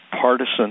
partisan